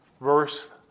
verse